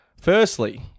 Firstly